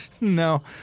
No